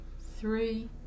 three